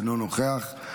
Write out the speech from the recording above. אינו נוכח,